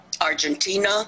Argentina